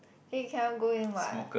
then you cannot go in what